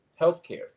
healthcare